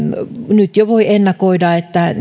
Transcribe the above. nyt jo voi ennakoida että